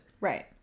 Right